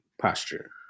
posture